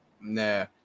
nah